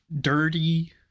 dirty